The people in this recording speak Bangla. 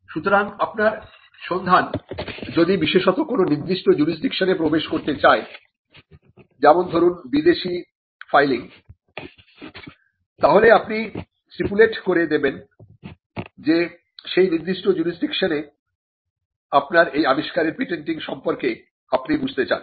সুতরাং আপনার সন্ধান যদি বিশেষত কোনো নির্দিষ্ট জুরিসডিকশনে প্রবেশ করতে চায় যেমন ধরুন বিদেশি ফাইলিং তাহলে আপনি স্টিপুলেট করে দেবেন যে সেই নির্দিষ্ট জুরিসডিকশনে আপনার এই আবিষ্কারের পেটেন্টিং সম্পর্কে আপনি বুঝতে চান